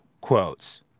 quotes